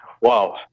Wow